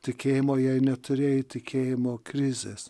tikėjimo jei neturėjai tikėjimo krizės